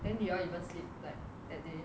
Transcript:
then you all even sleep like that day